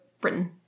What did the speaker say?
Britain